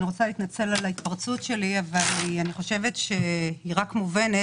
אני רוצה להתנצל על ההתפרצות שלי אבל אני חושבת שהיא מובנת.